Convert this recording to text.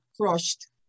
crushed